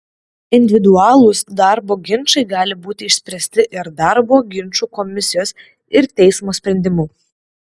individualūs darbo ginčai gali būti išspręsti ir darbo ginčų komisijos ir teismo sprendimu